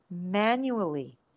manually